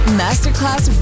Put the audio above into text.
masterclass